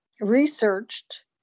researched